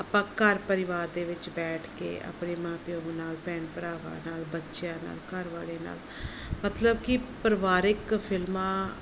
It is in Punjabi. ਆਪਾਂ ਘਰ ਪਰਿਵਾਰ ਦੇ ਵਿੱਚ ਬੈਠ ਕੇ ਆਪਣੇ ਮਾਂ ਪਿਓ ਨਾਲ ਭੈਣ ਭਰਾਵਾਂ ਨਾਲ ਬੱਚਿਆਂ ਨਾਲ ਘਰ ਵਾਲੇ ਨਾਲ ਮਤਲਬ ਕਿ ਪਰਿਵਾਰਿਕ ਫਿਲਮਾਂ